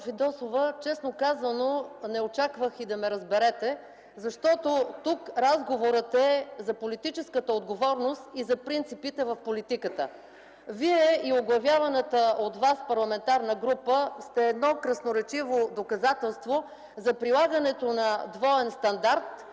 Вие и оглавяваната от Вас парламентарна група сте едно красноречиво доказателство за прилагането на двоен стандарт,